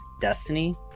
Destiny